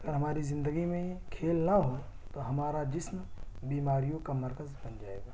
ہماری زندگی میں کھیل نہ ہو تو ہمارا جسم بیماریوں کا مرکز بن جائے گا